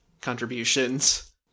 contributions